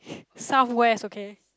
southwest okay